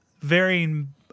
varying